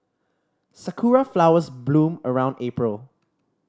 sakura flowers bloom around April